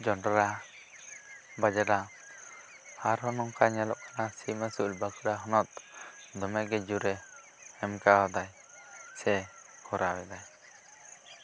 ᱡᱚᱸᱰᱨᱟ ᱵᱟᱡᱽᱲᱟ ᱟᱨᱦᱚᱸ ᱱᱚᱝᱠᱟ ᱧᱮᱞᱚᱜ ᱠᱟᱱᱟ ᱥᱤᱢ ᱟ ᱥᱩᱞ ᱵᱟᱠᱷᱨᱟ ᱦᱚᱱᱚᱛ ᱫᱚᱢᱮᱜᱮ ᱡᱩᱨᱮ ᱮᱢ ᱠᱟᱣᱫᱟᱭ ᱥᱮ ᱠᱚᱨᱟᱣ ᱮᱫᱟᱭ